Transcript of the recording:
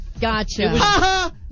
gotcha